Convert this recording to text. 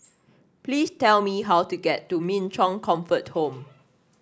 please tell me how to get to Min Chong Comfort Home